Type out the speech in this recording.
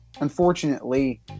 Unfortunately